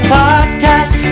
podcast